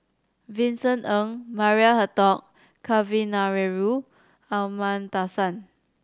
Vincent Ng Maria Hertogh Kavignareru Amallathasan